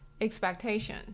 expectation